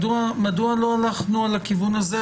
מדוע לא הלכנו על הכיוון הזה?